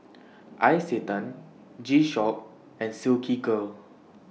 Isetan G Shock and Silkygirl